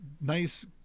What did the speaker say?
nice